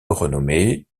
renommer